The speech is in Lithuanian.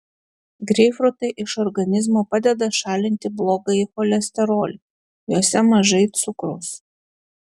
greipfrutai iš organizmo padeda šalinti blogąjį cholesterolį juose mažai cukraus